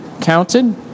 counted